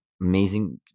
amazing